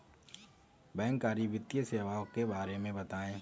बैंककारी वित्तीय सेवाओं के बारे में बताएँ?